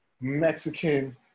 Mexican